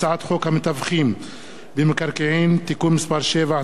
הצעת חוק המתווכים במקרקעין (תיקון מס' 7),